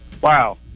Wow